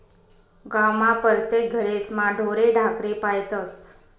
गावमा परतेक घरेस्मा ढोरे ढाकरे पायतस